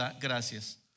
gracias